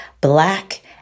black